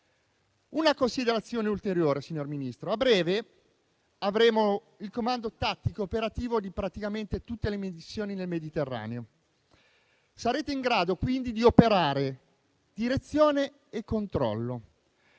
considerazione, signor Ministro. A breve, avremo il comando tattico operativo praticamente di tutte le missioni nel Mediterraneo, quindi sarete in grado di operare direzione e controllo.